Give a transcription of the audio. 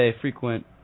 frequent